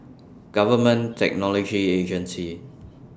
Government Technology Agency